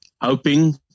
hoping